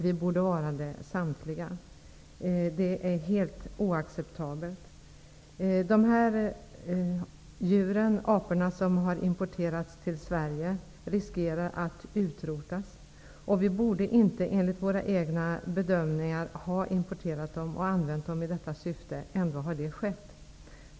Vi borde samtliga vara det. Det är helt oacceptabelt. De apor som har importerats till Sverige riskerar att utrotas. Vi borde inte enligt våra egna bedömningar ha importerat dem och använt dem i detta syfte. Ändå har detta skett.